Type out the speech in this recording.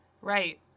Right